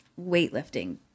weightlifting